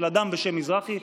של אדם בשם מזרחי,